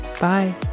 Bye